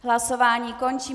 Hlasování končím.